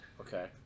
Okay